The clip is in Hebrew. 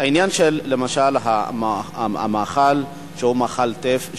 למשל העניין של מאכל טֵף,